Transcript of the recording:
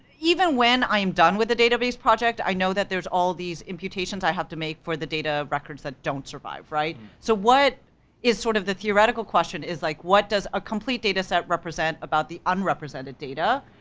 even when i'm done with the database project, i know that there's all these imputations i have to make for the data records that don't survive, right? so what is, sort of the theoretical question, is like, what does a complete data set represent about the unrepresented data?